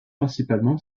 principalement